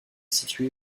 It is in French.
situé